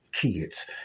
kids